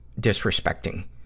disrespecting